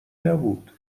نبود